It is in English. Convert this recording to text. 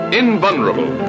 invulnerable